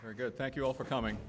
her good thank you all for coming